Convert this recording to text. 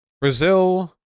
Brazil